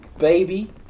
Baby